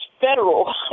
federal